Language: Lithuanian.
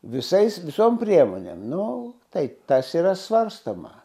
visais visom priemonėm nu tai tas yra svarstoma